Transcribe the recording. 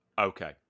Okay